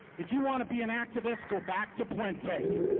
if you want to be an activist, go back to puente,